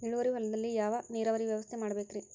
ಇಳುವಾರಿ ಹೊಲದಲ್ಲಿ ಯಾವ ನೇರಾವರಿ ವ್ಯವಸ್ಥೆ ಮಾಡಬೇಕ್ ರೇ?